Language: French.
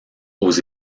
aux